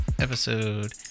episode